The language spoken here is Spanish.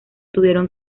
tuvieron